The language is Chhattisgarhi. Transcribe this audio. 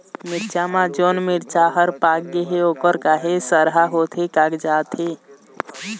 मिरचा म जोन मिरचा हर पाक गे हे ओहर काहे सरहा होथे कागजात हे?